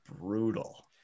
brutal